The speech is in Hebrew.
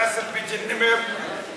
אדוני היושב-ראש, מכובדתי השרה, חברים,